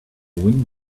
wind